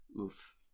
Oof